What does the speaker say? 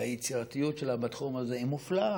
והיצירתיות שלה בתחום הזה היא מופלאה.